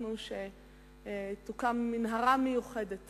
החלטנו שתוקם מנהרה מיוחדת